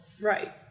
Right